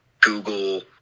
Google